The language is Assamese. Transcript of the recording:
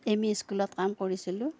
এম ই স্কুলত কাম কৰিছিলোঁ